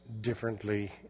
differently